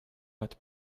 but